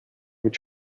mit